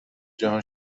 جهان